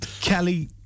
Kelly